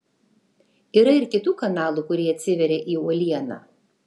yra ir kitų kanalų kurie atsiveria į uolieną